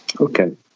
Okay